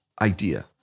idea